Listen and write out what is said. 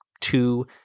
two